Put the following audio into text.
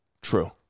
True